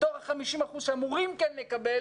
מתוך ה-50% שאמורים לקבל,